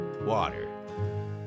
Water